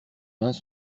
mains